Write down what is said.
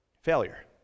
Failure